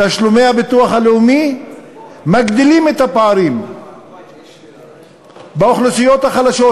תשלומי הביטוח הלאומי מגדילים את הפערים באוכלוסיות החלשות,